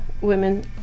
women